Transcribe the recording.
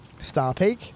Starpeak